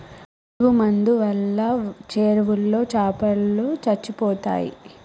పురుగు మందు వాళ్ళ చెరువులో చాపలో సచ్చిపోతయ్